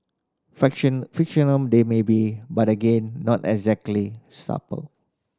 fictional they may be but again not exactly subtle